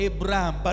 Abraham